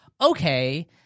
okay